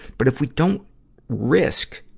but if we don't risk